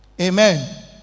Amen